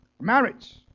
Marriage